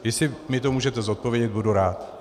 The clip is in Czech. Jestli mi to můžete zodpovědět, budu rád.